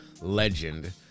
Legend